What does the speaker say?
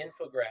infographic